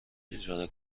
اجاره